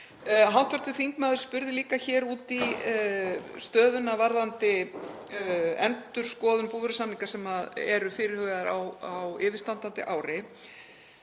Hv. þingmaður spurði líka út í stöðuna varðandi endurskoðun búvörusamninga sem er fyrirhuguð á yfirstandandi ári.